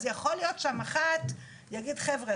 אז יכול להיות שהמח"ט יגיד: חבר'ה,